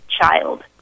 Child